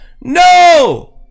No